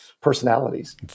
personalities